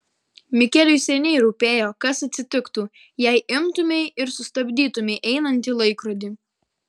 mikeliui seniai rūpėjo kas atsitiktų jei imtumei ir sustabdytumei einantį laikrodį